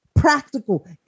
Practical